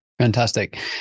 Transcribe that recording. Fantastic